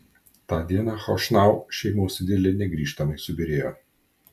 tą dieną chošnau šeimos idilė negrįžtamai subyrėjo